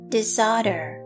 Disorder